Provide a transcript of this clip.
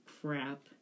crap